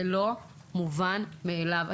זה לא מובן מאליו.